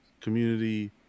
community